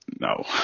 No